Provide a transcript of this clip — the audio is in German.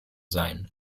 sein